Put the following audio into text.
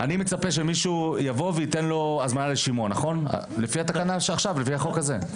אני מצפה שמישהו יבוא וייתן לו הזמנה לשימוע לפי החוק הזה,